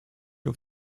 auf